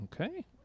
Okay